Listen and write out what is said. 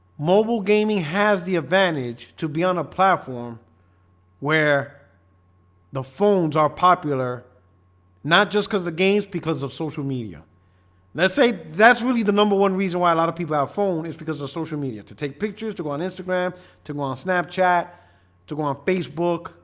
mobile gaming has the advantage to be on a platform where the phones are popular not just because the games because of social media let's say that's really the number one reason why a lot of people our phone is because of social media to take pictures to go on instagram to go on snapchat to go on facebook